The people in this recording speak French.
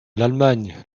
l’allemagne